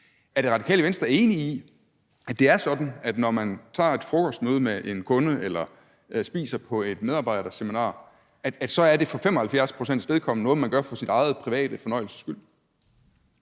Er Det Radikale Venstre enig i, at det er sådan, at når man tager et frokostmøde med en kunde eller spiser på et medarbejderseminar, så er det for 75 pct.s vedkommende noget, man gør for sin egen private fornøjelses skyld?